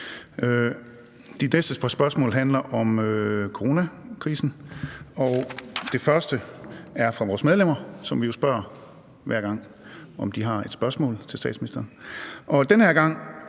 De næste par spørgsmål handler om coronakrisen, og det første er fra vores medlemmer, som vi jo spørger hver gang, om de har et spørgsmål til statsministeren,